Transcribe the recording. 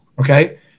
Okay